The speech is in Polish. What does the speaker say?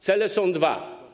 Cele są dwa.